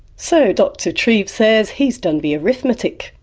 so, dr trieb says he's done the arithmetic,